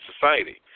society